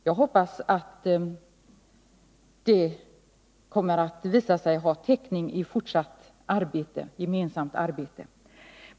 Jag hoppas att detta kommer att visa sig i ett fortsatt gemensamt samarbete.